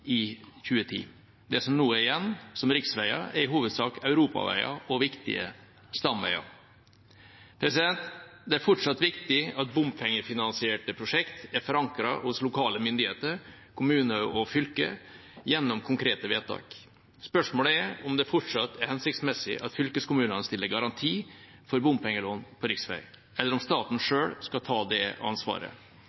i 2010. Det som nå er igjen som riksveier, er i hovedsak europaveier og viktige stamveier. Det er fortsatt viktig at bompengefinansierte prosjekt er forankret hos lokale myndigheter, kommuner og fylker, gjennom konkrete vedtak. Spørsmålet er om det fortsatt er hensiktsmessig at fylkeskommunene stiller garanti for bompengelån på riksvei, eller om staten